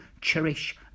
cherish